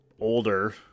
older